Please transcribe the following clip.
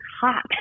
hot